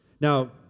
Now